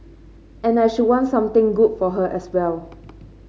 and I should want something good for her as well